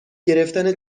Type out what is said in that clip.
گرفتن